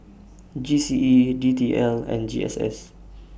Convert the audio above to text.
G C E D T L and G S S